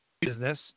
business